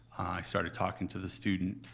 started talking to the student,